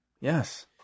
yes